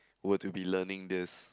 were to be learning this